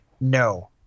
No